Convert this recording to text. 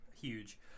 huge